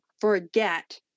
forget